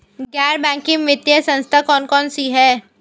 गैर बैंकिंग वित्तीय संस्था कौन कौन सी हैं?